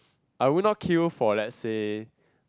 I would not queue for let's say